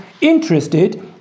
interested